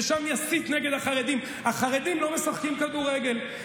ושם יסית נגד החרדים: החרדים לא משחקים כדורגל,